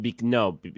No